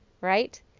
right